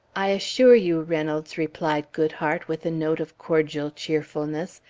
i assure you, reynolds, replied goodhart, with a note of cordial cheerfulness,